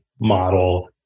model